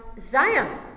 zion